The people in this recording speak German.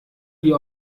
wie